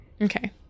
Okay